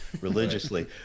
religiously